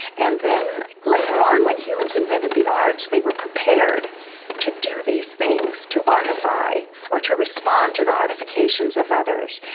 and then later on when humans invented the arts they were prepared to do these things, to artify or to respond to the artifications of others.